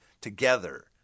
together